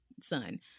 son